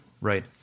Right